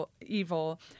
evil